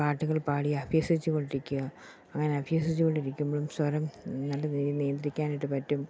പാട്ടുകൾ പാടി അഭ്യസിച്ച് കൊണ്ടിരിക്കുക അങ്ങനെ അഭ്യസിച്ചു കൊണ്ടിരിക്കുമ്പോഴും സ്വരം നല്ല രീതിയിൽ നിയന്ത്രിക്കാനായിട്ട് പറ്റും